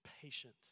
patient